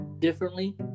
Differently